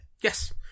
Yes